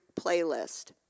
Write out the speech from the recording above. playlist